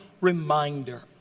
reminder